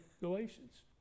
Galatians